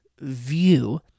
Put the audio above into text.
view